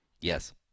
Yes